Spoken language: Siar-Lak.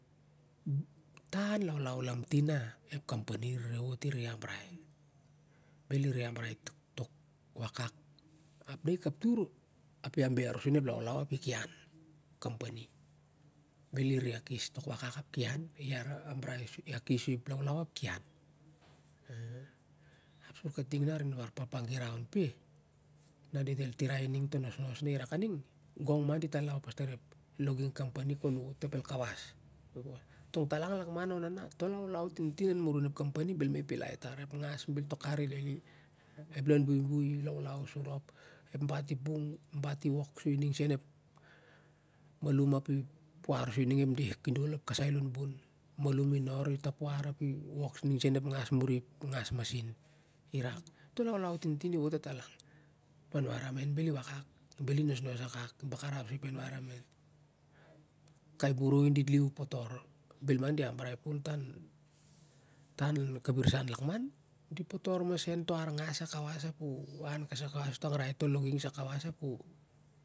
Tau laulau lantin na ep company i re wot i ambrai bel i re ambrai tok wakak ap na i kaptur ap i aber sa onep balau ap i ki au company bel i re akas tok wakak ap ki an ma i akes ep laulau ap ki au tok wakak ap ki an ma i akes ep laulau ap ki an ap sui kating a rin bar papa giraun peh na dit eltirai i ning to nosnos na i rakving gong ma dit alow pas tai ep logging company kai wotap el kawas tan g talang lakman na raone to laulau tintin munum ep company bel ma i pilai tar ep ngas bel tok kar i lili ep lon buibui i laulau sow rop ep bat i pung bat i wok soi ning seu ep malum ap i puar soi ning sen ep deh kidol kasai lon bon malan i nor i tapuar ap i wok ning seu ep ngas mun ep ngas masin irak to laulau tintin i wot tong talang ep environment be i akak bel i nosnos akak i bakarap ep environment kai boroi dit lin potor bel ma di ambrai pol tau milau di potor masen to ar ngas sai meseu wot